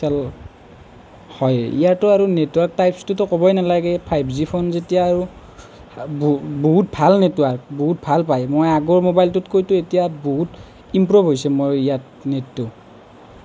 হয় ইয়াতো আৰু নেটৱৰ্ক টাইপছটোতো ক'বই নেলাগে ফাইভ জি ফোন যেতিয়া আৰু ব বহুত ভাল নেটটো আহে বহুত ভাল পায় মই আগৰ মোবাইলটোতকৈতো এতিয়া বহুত ইমপ্ৰ'ভ হৈছে মই ইয়াত নেটটো